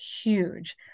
huge